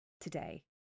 today